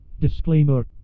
Disclaimer